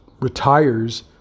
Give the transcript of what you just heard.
retires